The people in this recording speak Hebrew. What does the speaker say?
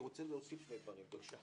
תודה.